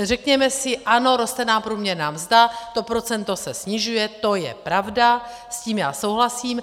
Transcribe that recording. Řekněme si ano, roste nám průměrná mzda, to procento se snižuje, to je pravda, s tím já souhlasím.